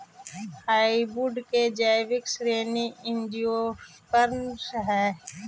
hardwood के जैविक श्रेणी एंजियोस्पर्म हइ